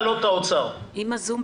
האוצר.